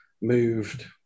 moved